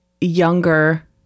younger